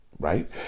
right